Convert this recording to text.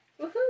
woohoo